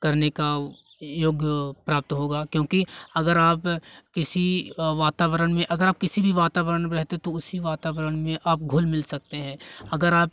करने का योग प्राप्त होगा क्योंकि अगर आप किसी वातावरण में अगर आप किसी भी वातावरण में रहते तो उसी वातावरण में आप घुल मिल सकते हैं अगर आप